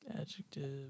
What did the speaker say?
Adjective